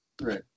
Right